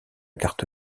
carte